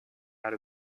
out